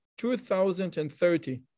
2030